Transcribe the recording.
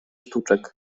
sztuczek